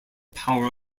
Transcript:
power